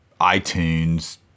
iTunes